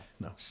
no